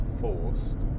forced